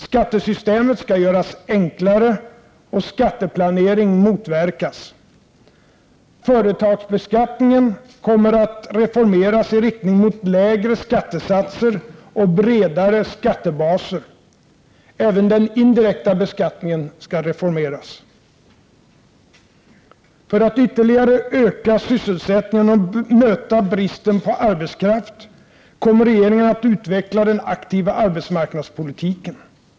Skattesystemet skall göras enklare och skatteplanering motverkas. Företagsbeskattningen kommer att reformeras i riktning mot lägre skattesatser och bredare skattebaser. Även den indirekta beskattningen skall reformeras. För att ytterligare öka sysselsättningen och möta bristen på arbetskraft kommer regeringen att utveckla den aktiva arbetsmarknadspolitiken.